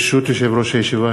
ברשות יושב-ראש הישיבה,